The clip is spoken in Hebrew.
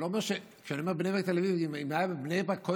כשאני אומר בני ברק-תל אביב,